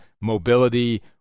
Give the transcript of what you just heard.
mobility